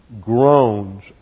groans